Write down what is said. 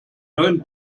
neuen